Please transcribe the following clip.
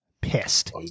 pissed